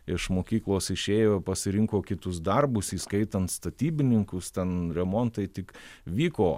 iš mokyklos išėjo pasirinko kitus darbus įskaitant statybininkus ten remontai tik vyko